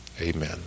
Amen